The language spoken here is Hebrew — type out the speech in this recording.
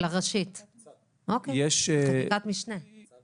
משרד